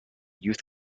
youth